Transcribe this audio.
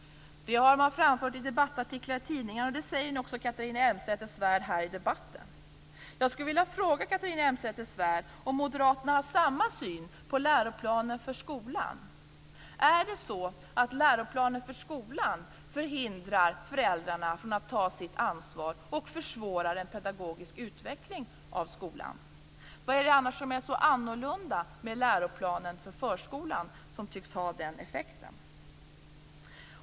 Det har man framfört i debattartiklar i tidningar, och det säger nu också Catharina Elmsäter Svärd här i debatten. Jag skulle vilja fråga Catharina Elmsäter-Svärd om moderaterna har samma syn på läroplanen för skolan. Är det så att läroplanen för skolan förhindrar föräldrarna från att ta sitt ansvar och försvårar en pedagogisk utveckling av skolan? Vad är det annars som är så annorlunda med läroplanen för förskolan som tycks ha den effekten?